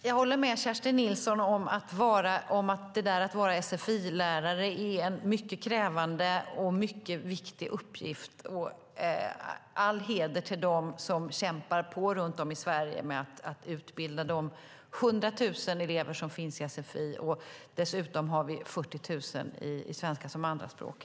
Fru talman! Jag håller med Kerstin Nilsson om att det är en mycket krävande och viktig uppgift att vara sfi-lärare. All heder till dem som kämpar på runt om i Sverige med att utbilda de 100 000 elever som finns i sfi och dessutom de 40 000 som läser svenska som andraspråk.